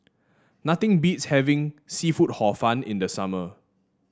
nothing beats having seafood Hor Fun in the summer